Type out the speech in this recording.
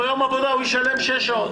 ביום העבודה הוא ישלם 6 שעות,